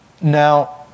Now